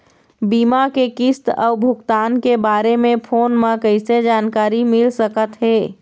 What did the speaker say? बीमा के किस्त अऊ भुगतान के बारे मे फोन म कइसे जानकारी मिल सकत हे?